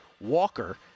Walker